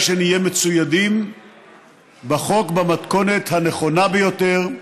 שנהיה מצוידים בחוק במתכונת הנכונה ביותר,